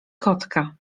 kotka